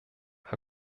herr